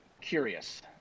curious